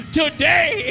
today